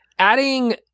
Adding –